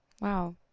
wow